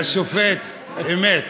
אמת.